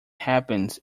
happens